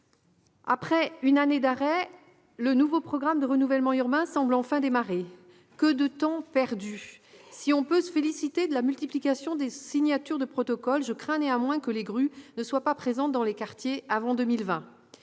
Après une année d'arrêt, le nouveau programme national de renouvellement urbain semble enfin démarrer. Que de temps perdu ! Si l'on peut se féliciter de la multiplication des signatures de protocoles, je crains néanmoins que les « grues » ne soient pas présentes dans les quartiers avant 2020.